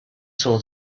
saw